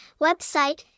website